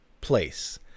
place